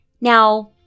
Now